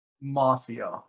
Mafia